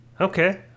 Okay